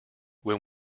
when